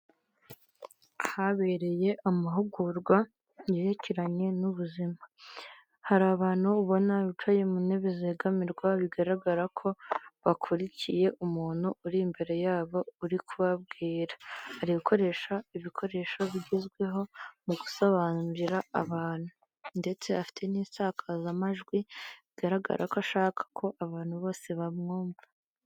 Ahabereye amahugurwa yerekeranye n'ubuzima, hari abantu ubona bicaye mu ntebe zegamirwa, bigaragara ko bakurikiye umuntu uri imbere yabo uri kubabwira, ari gukoresha ibikoresho bigezweho mu gusobanurira abantu, ndetse afite n'insakazamajwi, bigaragara ko ashaka ko abantu bose bamwumva.